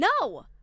No